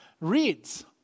reads